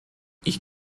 ich